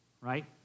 right